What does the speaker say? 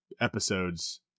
episodes